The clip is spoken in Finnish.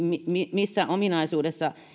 missä ominaisuudessa